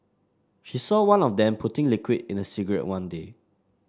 she saw one of them putting liquid in a cigarette one day